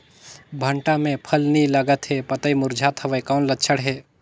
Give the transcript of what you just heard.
भांटा मे फल नी लागत हे पतई मुरझात हवय कौन लक्षण हे?